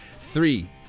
Three